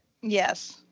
Yes